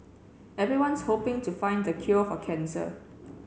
everyone's hoping to find the cure for cancer